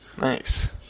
Nice